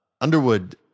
Underwood